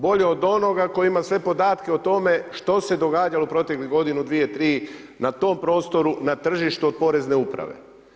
Bolje od onoga tko ima sve podatke o tome što se događalo u proteklih godinu, dvije, tri na tom prostoru, na tržištu od Porezne uprave.